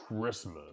Christmas